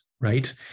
right